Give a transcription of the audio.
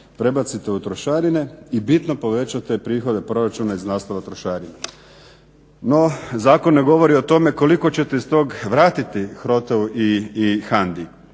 prebacite u trošarine i bitno povećate prihode proračuna iz naslova trošarina. No, zakon ne govori o tome koliko ćete iz tog vratiti HROTE-u i HANDA-i